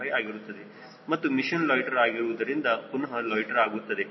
995 ಆಗಿರುತ್ತದೆ ಮತ್ತು mission loiter ಆಗಿರುವುದರಿಂದ ಪುನಹ ಲೊಯ್ಟ್ಟೆರ್ ಆಗುತ್ತದೆ